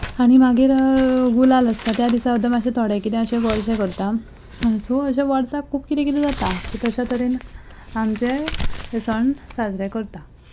आनी मागीर गुलाल आसता मागीर त्या दिसा थोडें अशें गोडशें करतात सो अशें वर्साक खूब कितें कितें जाता सो तश्या तरेन आमचे सण साजरे करता